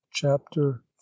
chapter